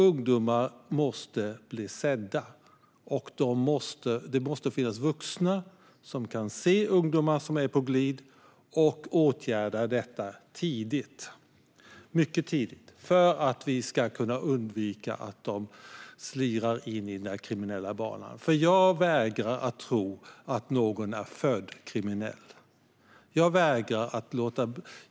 Ungdomar måste bli sedda, och det måste finnas vuxna som kan se ungdomar som är på glid och åtgärda detta mycket tidigt för att vi ska kunna undvika att de slirar in på den kriminella banan. Jag vägrar att tro att någon är född kriminell.